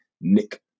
Nick